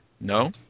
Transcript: No